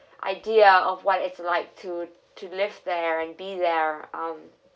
idea of what it's like to to live there and be there um